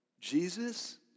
Jesus